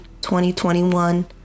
2021